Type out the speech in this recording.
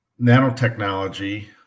nanotechnology